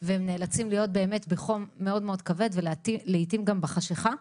והם נאלצים להיות באמת בחום מאוד מאוד כבד ולעיתים גם בחשכה.